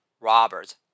robbers